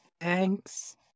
Thanks